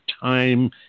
time